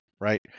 right